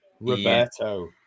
Roberto